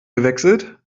gewechselt